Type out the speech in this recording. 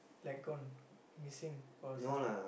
like gone missing or some